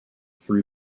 through